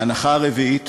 ההנחה הרביעית